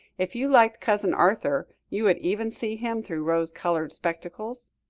if you liked cousin arthur, you would even see him through rose-coloured spectacles?